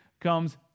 comes